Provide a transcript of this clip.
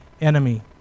enemy